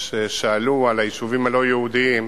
ששאלו על היישובים הלא-יהודיים.